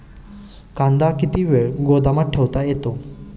कांदा किती वेळ गोदामात ठेवता येतो?